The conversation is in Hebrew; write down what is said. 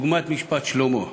דוגמת משפט שלמה.